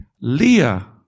Leah